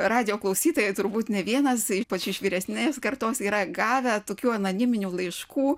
radijo klausytojai turbūt ne vienas ypač iš vyresnės kartos yra gavę tokių anoniminių laiškų